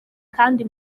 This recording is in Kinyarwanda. kandi